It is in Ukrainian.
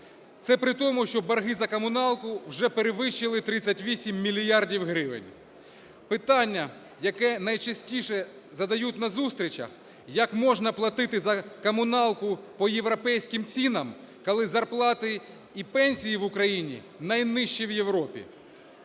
Це при тому, що борги за комуналку вже перевищили 38 мільярдів гривень. Питання, яке найчастіше задають на зустрічах: як можна платити за комуналку по європейських цінах, коли зарплати і пенсії в Україні найнижчі в Європі.